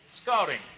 Scouting